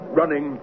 running